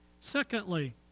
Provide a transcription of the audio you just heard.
Secondly